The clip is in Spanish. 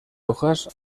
hojas